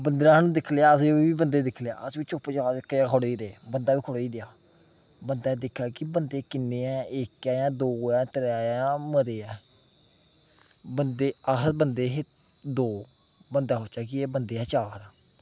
बंदे ने सानूं दिक्खी लेआ असें बी बंदे दिक्खी लेआ अस बी चोप चाप इक्कै जगह् खड़ोई रेह् बंदा बी खड़ोई रेहा बंदा दिक्खै कि बंदे किन्ने ऐ इक ऐ दो ऐ त्रै ऐ मते ऐ बंदे अह बंदे हे दो बंदा सोचै कि एह् बंदे ऐ चार